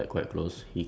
um